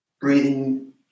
breathing